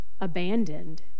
abandoned